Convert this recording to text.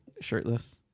shirtless